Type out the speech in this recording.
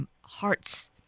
hearts